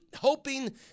hoping